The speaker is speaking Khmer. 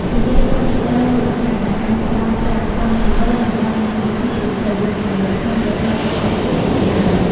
ជំនាញកុំព្យូទ័រមូលដ្ឋាន ដោយអាចប្រើប្រាស់កុំព្យូទ័រ និងកម្មវិធីទូទៅ ដូចជា Microsoft Office ជាដើម។